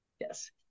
Yes